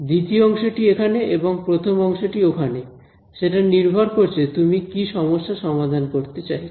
দ্বিতীয় অংশটি এখানে এবং প্রথম অংশটি ওখানে সেটা নির্ভর করছে তুমি কি সমস্যা সমাধান করতে চাইছো